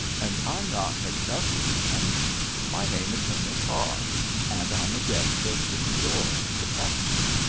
and i'm not mixed up with them my name is henry carr and i'm a guest of jimmy doyle, the captain.